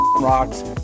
rocks